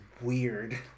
weird